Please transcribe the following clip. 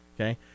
Okay